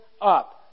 up